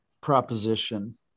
proposition